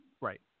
right